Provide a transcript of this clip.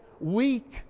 weak